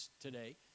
today